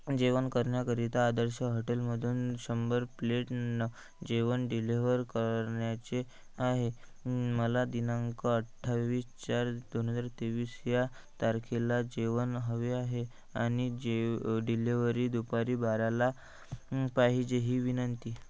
जेवण करण्याकरिता आदर्श हॉटेलमधून शंभर प्लेट जेवण डिलेव्हर करण्याचे आहे मला दिनांक अठ्ठावीस चार दोन हजार तेवीस या तारखेला जेवण हवे आहे आणि जे डिलेव्हरी दुपारी बाराला पाहिजे ही विनंती